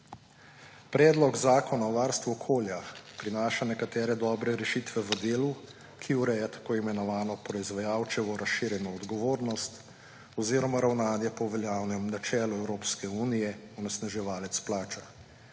Predlog zakona o varstvu okolja prinaša nekatere dobre rešitve v delu, ki ureja tako imenovano proizvajalčevo razširjeno odgovornost oziroma ravnanje po veljavnem načelu Evropske unije: onesnaževalec plača.